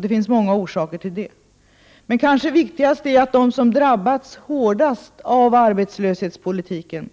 Det finns många orsaker till det, men den kanske viktigaste är att de som drabbats hårdast av arbeslöshetspolitiken